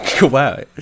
Wow